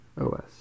os